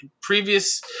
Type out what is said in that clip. Previous